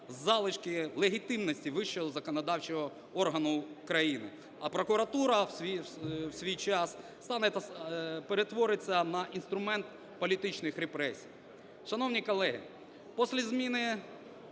залишки легітимності вищого законодавчого органу країни. А прокуратура в свій час стане, перетвориться на інструмент політичних репресій.